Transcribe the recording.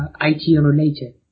IT-related